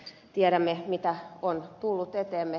tiedämme mitä on tullut eteemme